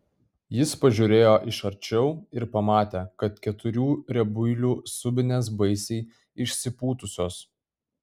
jis pažiūrėjo iš arčiau ir pamatė kad keturių riebuilių subinės baisiai išsipūtusios